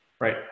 right